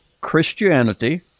Christianity